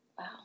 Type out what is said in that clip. Wow